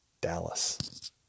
Dallas